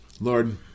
Lord